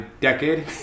decade